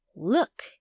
Look